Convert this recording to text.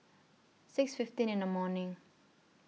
six fifteen in The morning